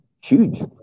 huge